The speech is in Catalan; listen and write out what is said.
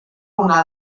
una